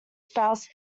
spouse